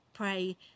Pray